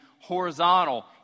horizontal